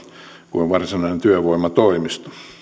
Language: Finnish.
kuin varsinainen työvoimatoimisto